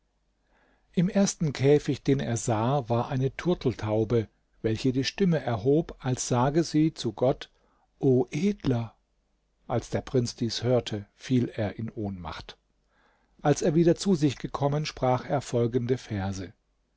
im ersten käfig den er sah war eine turteltaube welche die stimme erhob als sage sie zu gott o edler als der prinz dies hörte fiel er in ohnmacht als er wieder zu sich gekommen sprach er folgende verse